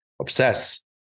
obsess